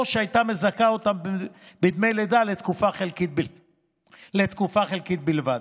שהייתה מזכה אותן בדמי לידה לתקופה חלקית בלבד.